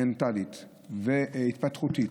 מנטלית והתפתחותית,